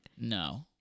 No